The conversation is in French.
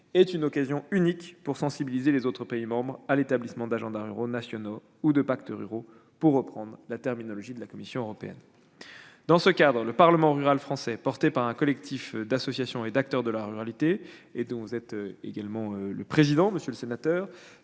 est une occasion unique pour sensibiliser les autres pays membres à l'établissement d'agendas ruraux nationaux ou de pactes ruraux, pour reprendre la terminologie de la Commission européenne. Dans ce cadre, le Parlement rural français, porté par un collectif d'associations et d'acteurs de la ruralité et dont vous vous êtes le président, monsieur le sénateur,